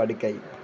படுக்கை